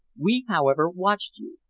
we, however, watched you,